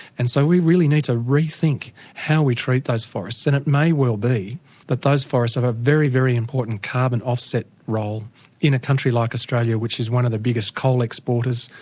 and so we really need to rethink how we treat those forests. and it may well be that those forests have a very, very important carbon offset role in a country like australia, which is one of the biggest coal exporters,